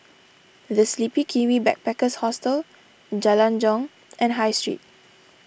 the Sleepy Kiwi Backpackers Hostel Jalan Jong and High Street